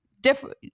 different